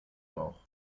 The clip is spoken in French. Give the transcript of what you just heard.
morts